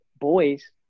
boys